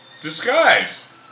Disguise